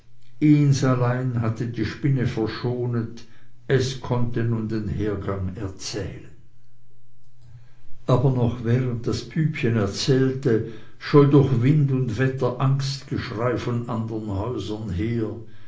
allein hatte die spinne verschont es konnte nun den hergang erzählen aber noch während das bübchen erzählte scholl durch wind und wetter angstgeschrei von andern häusern her